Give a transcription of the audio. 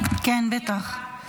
כן, בטח.